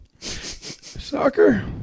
Soccer